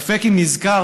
ספק אם נזכר